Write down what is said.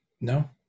No